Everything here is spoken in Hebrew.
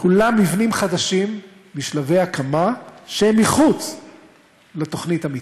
כולם מבנים חדשים בשלבי הקמה שהם מחוץ לתוכנית המתאר.